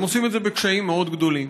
והם עושים את זה בקשיים מאוד גדולים.